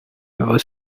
ever